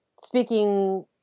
speaking